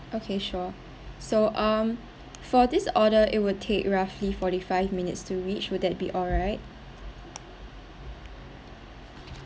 okay sure so um for this order it will take roughly forty five minutes to reach would that be alright